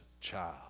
child